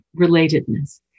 relatedness